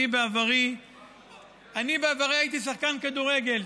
אני בעברי הייתי שחקן כדורגל,